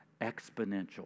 exponential